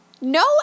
No